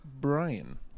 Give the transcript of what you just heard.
Brian